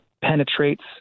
penetrates